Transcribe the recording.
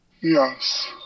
Yes